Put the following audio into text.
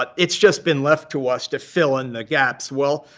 but it's just been left to us to fill in the gaps. well,